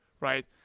Right